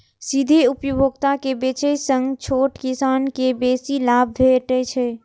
सीधे उपभोक्ता के बेचय सं छोट किसान कें बेसी लाभ भेटै छै